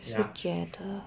together